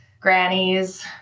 Grannies